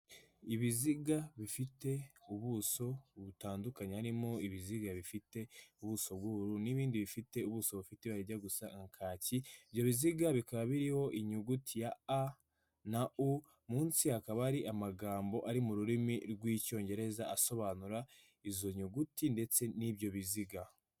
Ibiziga bifite ubuso butandukanye harimo ibiziga bifite ubuso bw'ubururu n'ibindi bifite ubuso bifite rijya gusa na kaki, ibyo biziga bikaba biriho inyuguti ya A na U, munsi akaba ari amagambo ari mu rurimi rw'Icyongereza asobanura izo nyuguti ndetse n'ibyo biziga.